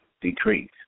decrease